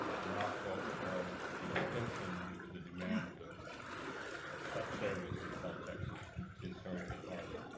a lack of retention due to the demand of such service in south texas since hurricane harvey.